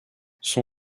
son